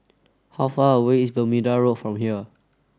how far away is Bermuda Road from here